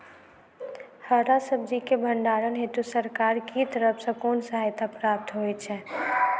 हरा सब्जी केँ भण्डारण हेतु सरकार की तरफ सँ कुन सहायता प्राप्त होइ छै?